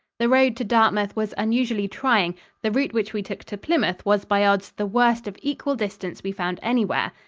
the road to dartmouth was unusually trying the route which we took to plymouth was by odds the worst of equal distance we found anywhere.